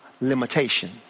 limitation